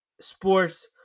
sports –